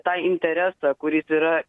tą interesą kuris yra